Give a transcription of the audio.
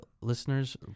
listeners